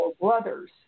brother's